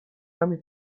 همین